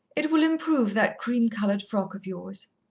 it will improve that cream-coloured frock of yours.